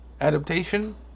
adaptation